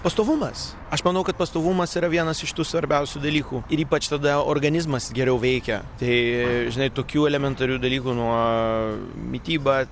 pastovumas aš manau kad pastovumas yra vienas iš tų svarbiausių dalykų ir ypač tada organizmas geriau veikia tai žinai tokių elementarių dalykų nuo mityba